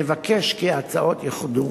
נבקש כי ההצעות יאוחדו.